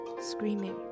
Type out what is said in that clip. screaming